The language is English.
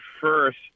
first